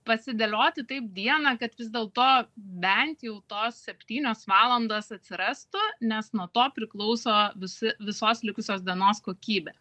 pasidėlioti taip dieną kad vis dėlto bent jau tos septynios valandos atsirastų nes nuo to priklauso visi visos likusios dienos kokybė